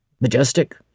majestic